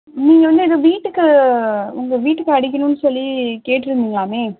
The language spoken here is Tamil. நீங்கள் வந்து ஏதோ வீட்டுக்கு உங்கள் வீட்டுக்கு அடிக்கணும்னு சொல்லி கேட்டுருந்திங்களாமே